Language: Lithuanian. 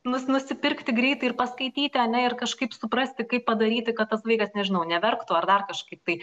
nus nusipirkti greitai ir paskaityti ane ir kažkaip suprasti kaip padaryti kad tas vaikas nežinau neverktų ar dar kažkaip tai